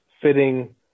fitting